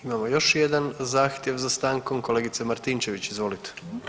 Imamo još jedan zahtjev za stankom, kolegica Martinčević, izvolite.